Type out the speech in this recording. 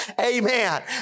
amen